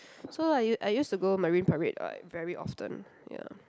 so I U I used to go Marine-Parade like very often ya